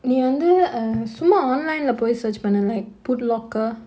நீ வந்து:nee vanthu err சும்ம:summa online lah போய்:poi search பண்ணு:pannu like Putlocker